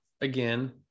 again